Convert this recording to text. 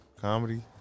comedy